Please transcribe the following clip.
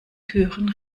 türen